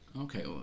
okay